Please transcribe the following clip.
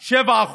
7,